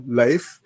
life